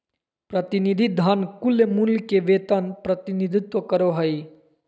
प्रतिनिधि धन कुछमूल्य के वेतन प्रतिनिधित्व करो हइ